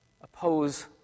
oppose